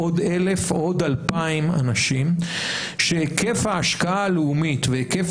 או עוד 1,000 או עוד 2,000 אנשים שהיקף ההשקעה הלאומית והיקף